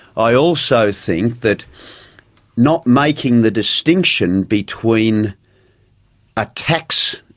i also think that not making the distinction between a tax,